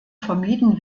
vermieden